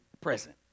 present